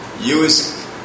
use